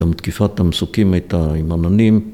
המתקפת המסוקים הייתה עם עננים